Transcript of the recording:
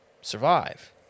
survive